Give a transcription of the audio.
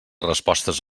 respostes